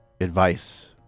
advice